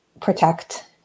protect